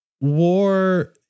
war